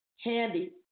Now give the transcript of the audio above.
handy